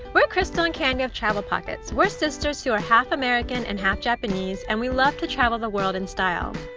we're crystal and candy of travel pockets. we're sisters who are half american and half japanese and we love to travel the world in style.